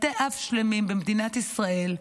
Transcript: בתי אב שלמים במדינת ישראל,